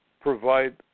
provide